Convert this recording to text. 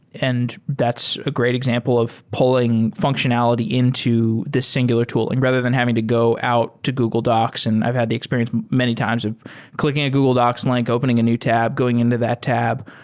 and that's a great example of pulling functionality into this singular tooling rather than having to go out to google docs, and i've had the experience many times of clicking a google docs link, opening a new tab, going into that tab.